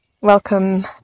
Welcome